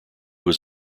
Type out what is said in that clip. was